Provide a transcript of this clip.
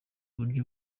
uburyo